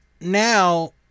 now